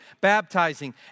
baptizing